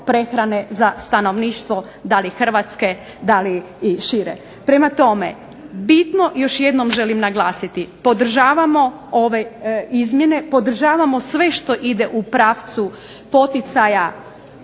prehrane za stanovništvo da li Hrvatske i šire. Prema tome, još jednom želim naglasiti podržavamo ove izmjene, podržavamo sve što ide u pravcu poticaja